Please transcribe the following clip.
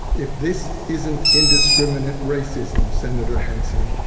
if this isn't indiscriminate racism, sen. hanson,